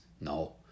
No